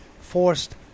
Forced